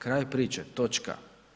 Kraj priče, točka.